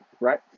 right